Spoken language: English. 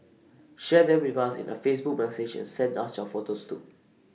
share them with us in A Facebook message and send us your photos too